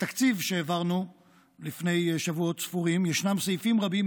בתקציב שהעברנו לפני שבועות ספורים ישנם סעיפים רבים,